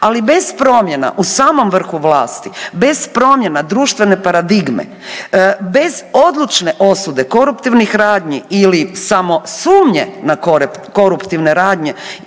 Ali bez promjena u samom vrhu vlasti, bez promjena društvene paradigme, bez odlučne osude koruptivnih radnji ili samo sumnje na koruptivne radnje